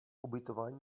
ubytování